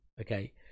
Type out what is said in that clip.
Okay